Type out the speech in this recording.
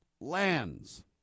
lands